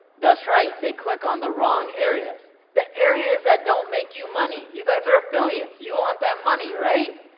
that's right, they click on the wrong areas, the areas that don't make you money. you guys are affiliates, you want that money right.